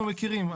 אנחנו מכירים.